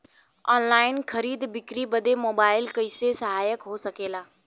Online खरीद बिक्री बदे मोबाइल कइसे सहायक हो सकेला?